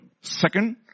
Second